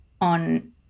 on